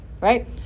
right